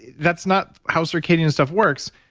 that's not how circadian stuff works.